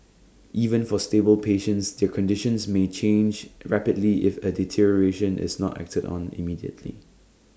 even for stable patients their conditions may change rapidly if A deterioration is not acted on immediately